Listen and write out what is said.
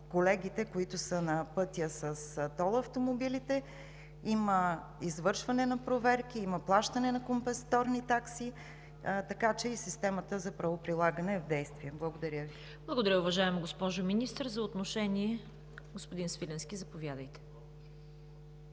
които са на пътя с тол автомобилите. Има извършване на проверки, има плащане на компенсаторни такси, така че и системата за правоприлагане е в действие. Благодаря Ви. ПРЕДСЕДАТЕЛ ЦВЕТА КАРАЯНЧЕВА: Благодаря, уважаема госпожо Министър. За отношение – господин Свиленски, заповядайте.